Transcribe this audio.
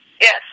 Yes